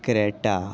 Creta